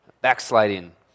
Backsliding